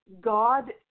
God